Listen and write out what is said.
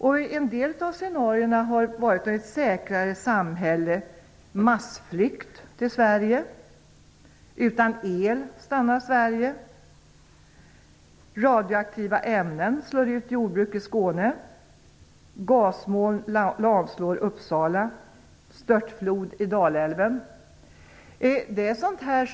En del av dessa scenarion har varit ett säkrare samhälle, massflykt till Sverige, utan el stannar Sverige, radioaktiva ämnen slår ut jordbruk i Skåne, gasmoln lamslår Uppsala och störtflod i Dalälven.